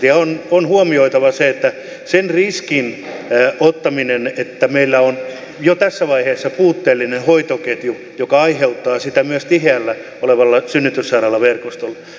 ja on huomioitava se riskin ottaminen että meillä on jo tässä vaiheessa puutteellinen hoitoketju joka aiheuttaa sitä myös tiheällä synnytyssairaalaverkostolla